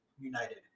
United